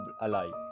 alive